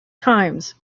times